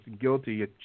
guilty